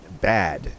bad